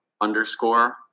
underscore